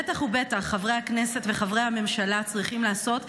בטח ובטח חברי הכנסת וחברי הממשלה צריכים לעשות,